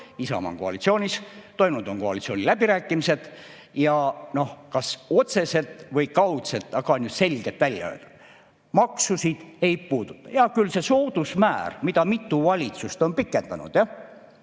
Isamaa on koalitsioonis, toimunud on koalitsiooniläbirääkimised ja kas otseselt või kaudselt, aga on ju selgelt välja öeldud: maksusid ei puudutata. Hea küll, see soodusmäär, mida mitu valitsust on pikendanud, jah,